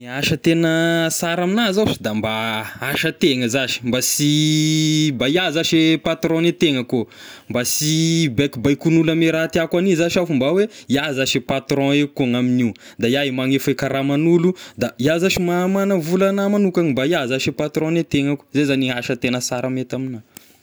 Ny asa tegna sara amigna izao zashy da mba asa tegna zashy, mba- sy mba iahy zashy patron ny tegnako mba sy baikobaikon'ny olo ame raha tiako hania zashy iaho, mba hoe iaho zashy patron eko koa ny amignio, da iahy e magnefa e karaman'olo, da iaho zashy sy ma- magna vola anahy manokagny, mba iahy zashy e patron gne tegnako, zay zagny asa tegna sara mety amigna.